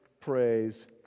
praise